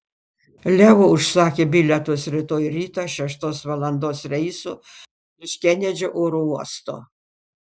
leo užsakė bilietus rytoj rytą šeštos valandos reisu iš kenedžio oro uosto